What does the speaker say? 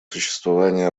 существовании